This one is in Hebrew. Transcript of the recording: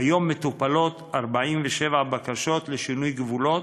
כיום מטופלות 47 בקשות לשינוי גבולות,